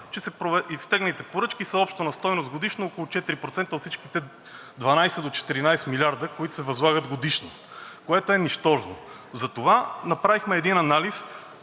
изтеглените поръчки са на стойност общо годишно около 4% от всичките 12 до 14 милиарда, които се възлагат годишно, което е нищожно. Затова направихме един анализ